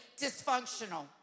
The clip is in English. dysfunctional